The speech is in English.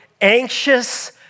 anxious